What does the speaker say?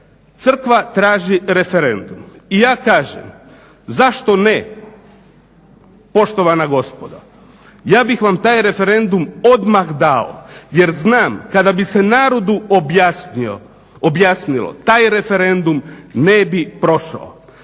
Crkva traži referendum i ja kažem zašto ne, poštovana gospodo. Ja bih vam taj referendum odmah dao, jer znam kada bi se narodu objasnio taj referendum, ne bi prošao.